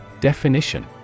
Definition